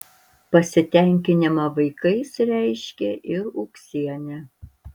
pasitenkinimą vaikais reiškė ir ūksienė